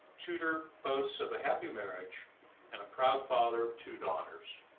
tudor boasts of a happy marriage and a proud father of two daughters.